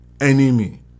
enemy